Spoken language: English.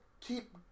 keep